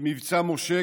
במבצע משה,